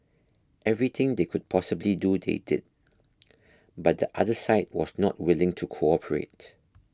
everything they could possibly do they did but the other side was not willing to cooperate